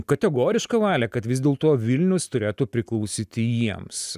kategorišką valią kad vis dėlto vilnius turėtų priklausyti jiems